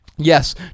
Yes